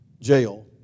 jail